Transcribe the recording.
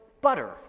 butter